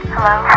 Hello